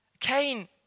Cain